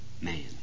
man